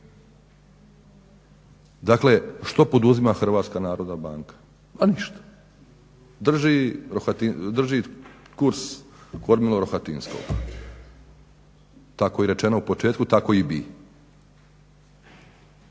Dakle, što poduzima HNB-a? pa ništa. Drži kurs kormilo Rohatinskog tako je rečeno u početku tako i bi.